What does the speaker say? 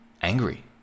angry